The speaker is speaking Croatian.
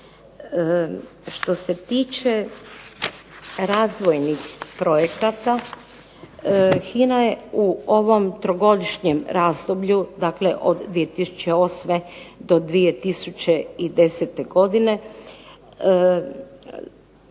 Što se tiče razvojnih projekata HINA je u ovom trogodišnjem razdoblju, dakle od 2008. do 2010. godine